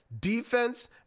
defense